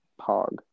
Pog